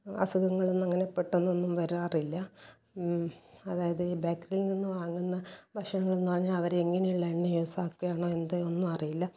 അസുഖങ്ങൾ ഒന്നും അങ്ങനെ പെട്ടെന്ന് ഒന്നും വരാറില്ല അതായത് ബേക്കറിയിൽ നിന്ന് വാങ്ങുന്ന ഭക്ഷണങ്ങളിൽ എന്നു പറഞ്ഞാൽ അവർ എങ്ങനെയുള്ള എണ്ണയാണ് യൂസ് ആക്കുക ആണ് എന്ത് ഒന്നും അറിയില്ല